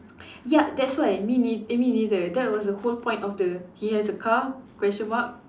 ya that's why me ne~ me neither that was the whole point of the he has a car question mark